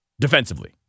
defensively